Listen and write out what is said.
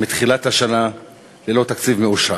מתחילת השנה ללא תקציב מאושר.